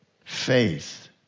faith